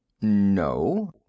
No